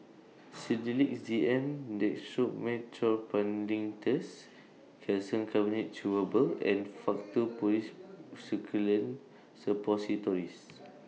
Sedilix Z M Dextromethorphan Linctus Calcium Carbonate Chewable and Faktu Policresulen Suppositories